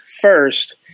first